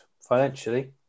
financially